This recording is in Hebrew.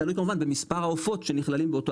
תלוי כמובן במספר העופות שנכללים באותו